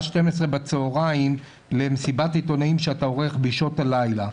12:00 בצהריים למסיבית עיתונאים שאתה עורך בשעות הלילה.